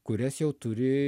kurias jau turi